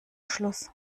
schluss